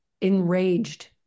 enraged